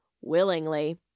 willingly